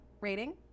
rating